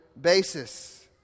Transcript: basis